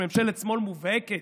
ממשלת שמאל מובהקת.